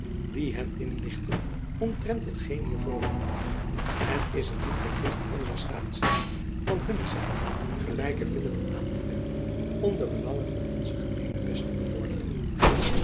die hen inlichten omtrent hetgeen hier voorvalt en is het niet de plicht onzer staatslieden van hunne zijde gelijke middelen aan te wenden om de belangen van ons gemeenebest te bevorderen